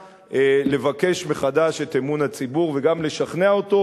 לבקש מחדש את אמון הציבור וגם לשכנע אותו,